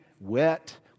wet